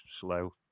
slow